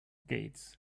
gates